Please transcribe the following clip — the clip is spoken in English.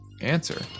answer